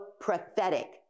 prophetic